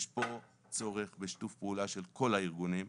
יש פה צורך בשיתוף פעולה של כל הארגונים,